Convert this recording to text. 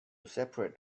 separate